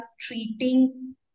treating